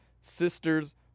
sister's